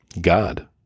God